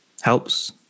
helps